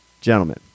gentlemen